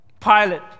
Pilate